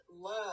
Love